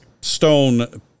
stone